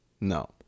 no